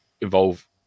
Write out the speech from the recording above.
involve